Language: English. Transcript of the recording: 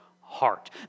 heart